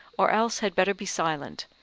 or else had better be silent,